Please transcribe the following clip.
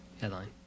headline